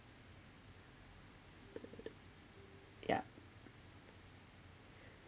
yup